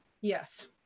Yes